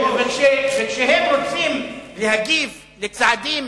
כשהם רוצים להגיב על הצעדים